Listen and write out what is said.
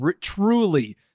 truly